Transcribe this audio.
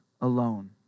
alone